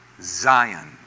Zion